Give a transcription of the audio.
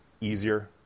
easier